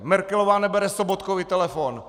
Merkelová nebere Sobotkovi telefon.